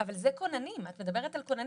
אבל זה כוננים, את מדברת על כוננים.